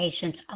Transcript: patients